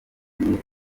byatumye